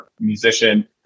musician